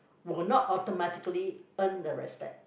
will not automatically earn the respect